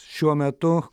šiuo metu